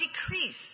decrease